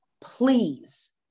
please